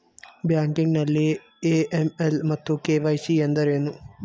Banking ನಲ್ಲಿ AML ಮತ್ತು KYC ಎಂದರೇನು?